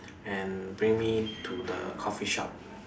and bring me to the coffee shop